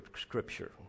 Scripture